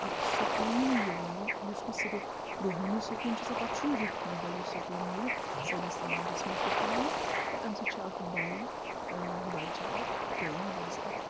اَکھ سکوٗن یِوان یُس نہٕ صِرف روٗحٲنی سکوٗن چھُ سۄ پَتہٕ چھُ یہِ روٗح نٮ۪بر یہِ سکوٗن نیٖرِتھ سٲنِس سماجَس منٛز تہِ پھٔہلان تہٕ اَمہِ سۭتۍ چھُ اَکھ بایی بایی چارٕ قٲیِم روزان